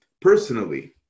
personally